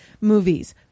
movies